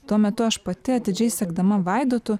tuo metu aš pati atidžiai sekdama vaidotu